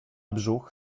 brzuch